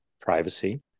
privacy